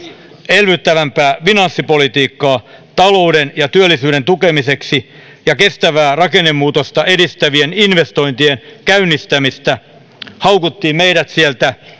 elvyttävämpää finanssipolitiikkaa talouden ja työllisyyden tukemiseksi ja kestävää rakennemuutosta edistävien investointien käynnistämistä haukuttiin meidät sieltä